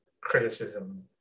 criticism